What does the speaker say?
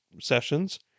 sessions